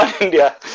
India